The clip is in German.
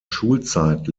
schulzeit